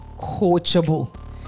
coachable